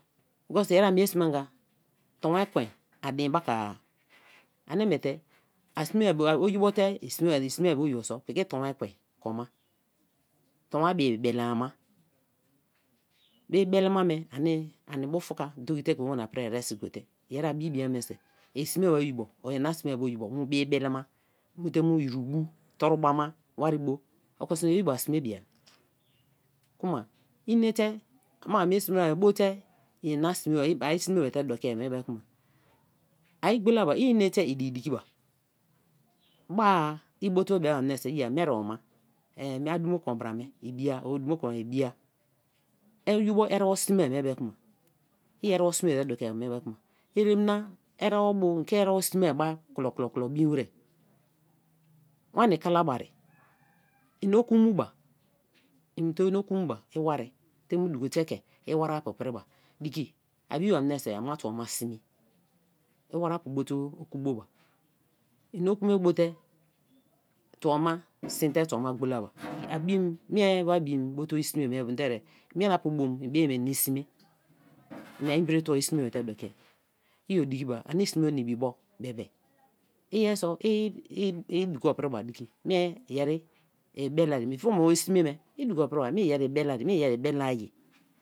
Because yeri a mie sme anga tonwan ekwen a din paka-a ani miete oyibote sme te. i sme ba oyibo so piki tonwan ekwen kuma, ton-wan bi beleama. Bi bele ma me ani bufuka dogi te ke wana pria eresi go te yeri a bie bra menise i sme bai oyibo or ina sme-a be oyi bo mu bi belema. mu te mu iri bu. usari bo. oko sme oyibo a sme binya kma inete moku imie sme bra me bo te ina sme a sme ba te mie bei kma. ai gbola ba iene tei diki diki ba. bai bote bo bei menise iye mie ere-oma a dumo ku bra me ibi-a or o duma kon bra me i bi-a. oyibo erembo sme mie be kuma. i erembo sme ba te mie be kuma. erem na. erembo bu enke ere-mbo sme ba klo klo do bin wer. wani kalabari en oku mu bu, iwari. mu duko te kei wariapu priba. diki a bie ba menise a ma tuo ma sime. l wari apu bo te oku bu ba en oku me bu te. sin te tuo ba gbola ba, mei wa bim bo te i sme bei bo mina-apu bo ibie en e sme. ina mbre tuo i sme ba te do-kia, i e diki ba. ani sme na ibi bo be be iyeriso i duko o pir ba diki mi yeri i befe-la re before o-sme me. i duko opriba mi yeri ibe leari mi yeri ibelea-ye